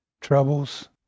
troubles